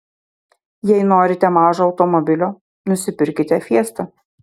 jei norite mažo automobilio nusipirkite fiesta